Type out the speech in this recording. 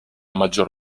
maggior